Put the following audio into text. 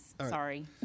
Sorry